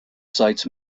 sites